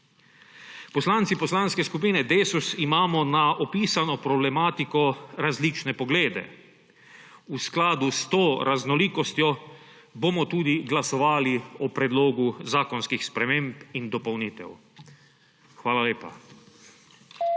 Poslanci Poslanske skupine Desus imamo na opisano problematiko različne poglede. V skladu s to raznolikostjo bomo tudi glasovali o predlogu zakonskih sprememb in dopolnitev. Hvala lepa.